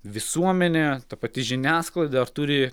visuomenė ta pati žiniasklaida ar turi